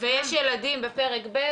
ויש ילדים בפרק ב',